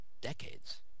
decades